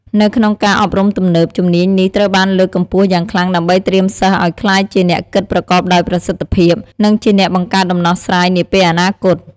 នៅក្នុងការអប់រំទំនើប ជំនាញនេះត្រូវបានលើកកម្ពស់យ៉ាងខ្លាំងដើម្បីត្រៀមសិស្សឲ្យក្លាយជាអ្នកគិតប្រកបដោយប្រសិទ្ធភាព និងជាអ្នកបង្កើតដំណោះស្រាយនាពេលអនាគត។